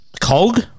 COG